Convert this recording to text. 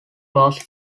closed